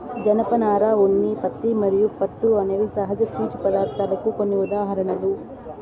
జనపనార, ఉన్ని, పత్తి మరియు పట్టు అనేవి సహజ పీచు పదార్ధాలకు కొన్ని ఉదాహరణలు